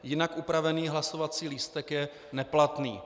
Jinak upravený hlasovací lístek je neplatný.